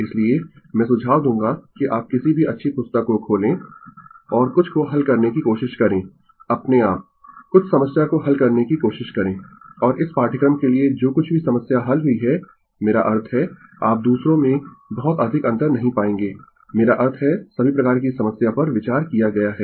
इसलिए मैं सुझाव दूंगा कि आप किसी भी अच्छी पुस्तक को खोलें और कुछ को हल करने की कोशिश करें अपनेआप कुछ समस्या को हल करने की कोशिश करें और इस पाठ्यक्रम के लिए जो कुछ भी समस्या हल हुई है मेरा अर्थ है आप दूसरों में बहुत अधिक अंतर नहीं पाएंगे मेरा अर्थ है सभी प्रकार की समस्या पर विचार किया गया है